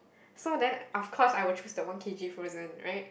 so then of course I will choose the one K_G frozen right